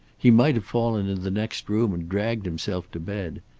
he might have fallen in the next room and dragged himself to bed.